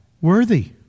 worthy